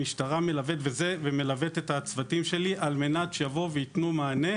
המשטרה מלווה את הצוותים שלי כדי שיבואו וייתנו מענה,